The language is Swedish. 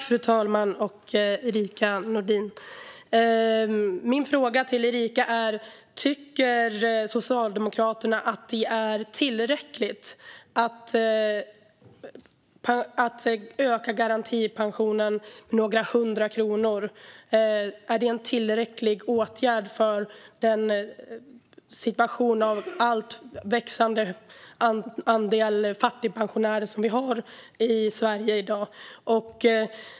Fru talman! Tack, Erica Nådin! Min fråga till Erica är: Tycker Socialdemokraterna att det är tillräckligt att öka garantipensionen med några hundra kronor? Är detta en tillräcklig åtgärd i den situation med en växande andel fattigpensionärer som vi har i Sverige i dag?